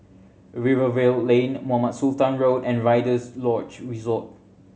Rivervale Lane Mohamed Sultan Road and Rider's Lodge Resort